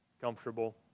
comfortable